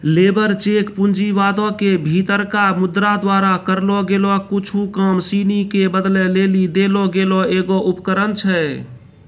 labour cheque पूँजीवादो के भीतरका मुद्रा द्वारा करलो गेलो कुछु काम सिनी के बदलै लेली देलो गेलो एगो उपकरण छै